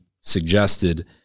suggested